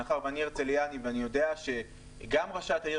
מאחר ואני מהרצליה ואני יודע שגם ראשת העיר